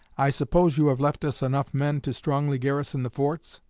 i suppose you have left us enough men to strongly garrison the forts?